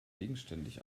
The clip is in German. gegenständig